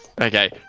Okay